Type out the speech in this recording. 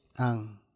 Ang